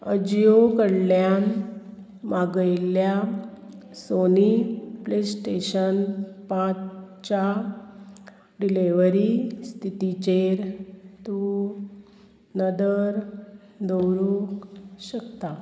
अजियो कडल्यान मागयल्ल्या Sony PlayStation पांचच्या डिलिव्हरी स्थितीचेर तूं नदर दवरूंक शकता